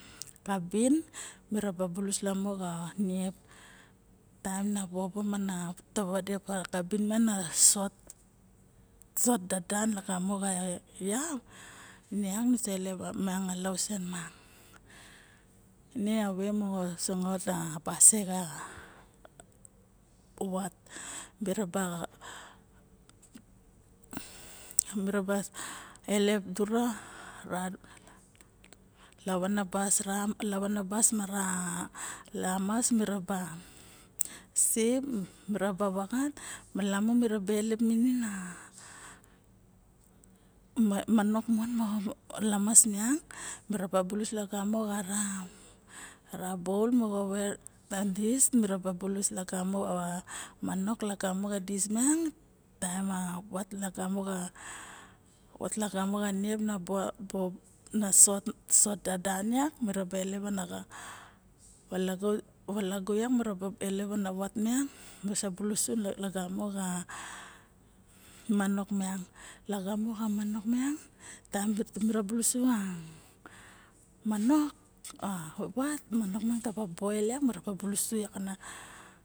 Xabin miraba bulus lamo xa viep taem na bobo ma sot ngengein lamo xa niep miang nu sa ilep ine a way moxo sangot a basie ma vat mira ba elep a lavana bas mara vat ma kwas meaba sip miraba vaxat malamu miraba ilep minin maok mon moxo lamus miang mira bulus lamo xa bouul moxo wer dis miraba ver lagamo xa dis miang bulus vat lagamo xa niep na sot dadan vak miraba ilep ana velegu miraba ilep ana miang lagamo xa manok niang taem mira bulus ose a vat manok miane taba boer mira bulus yak